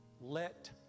Let